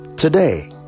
Today